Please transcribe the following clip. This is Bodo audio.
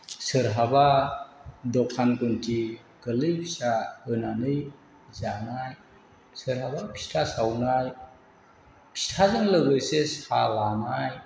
सोरहाबा दखान गुमथि गोरलै फिसा होनानै जानाय सोरहाबा फिथा सावनाय फिथाजों लोगोसे साहा लानाय